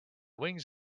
wings